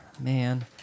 Man